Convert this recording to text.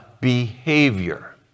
behavior